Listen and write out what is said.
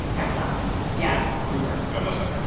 yeah stop me yeah anyway unless i'm, you